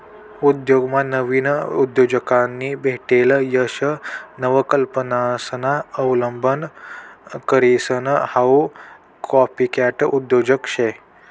उद्योगमा नाविन उद्योजकांनी भेटेल यश नवकल्पनासना अवलंब करीसन हाऊ कॉपीकॅट उद्योजक शे